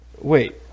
Wait